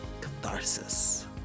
catharsis